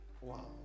wow